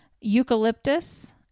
eucalyptus